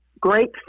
great